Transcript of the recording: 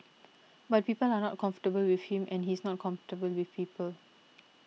but people are not comfortable with him and he's not comfortable with people